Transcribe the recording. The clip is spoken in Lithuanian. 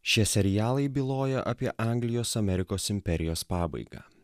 šie serialai byloja apie anglijos amerikos imperijos pabaigą